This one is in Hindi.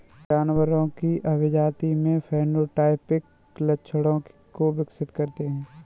जानवरों की अभिजाती में फेनोटाइपिक लक्षणों को विकसित करते हैं